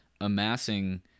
amassing